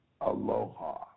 aloha